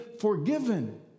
forgiven